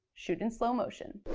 shoot in slow motion.